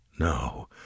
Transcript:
No